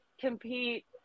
compete